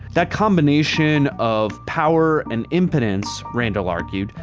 that combination of power and impotence, randall argued,